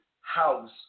house